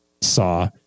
saw